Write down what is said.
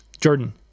Jordan